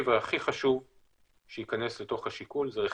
אמרנו שהנושא הראשון הוא תזמון.